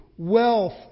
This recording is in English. Wealth